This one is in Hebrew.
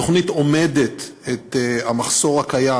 התוכנית אומדת את המחסור הקיים,